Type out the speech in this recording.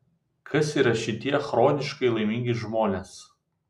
kas yra šitie chroniškai laimingi žmonės